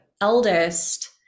eldest